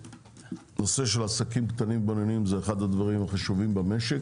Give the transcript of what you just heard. נושא של עסקים קטנים ובינוניים זה אחד הדברים החשובים במשק,